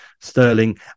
sterling